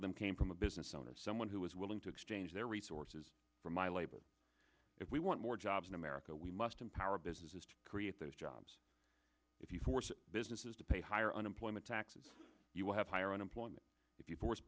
of them came from a business owner someone who is willing to exchange their resources for my labor if we want more jobs in america we must empower businesses to create those jobs if you force businesses to pay higher unemployment taxes you will have higher unemployment if you force